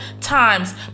times